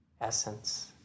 essence